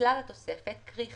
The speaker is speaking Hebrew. וכלל התוספת קרי,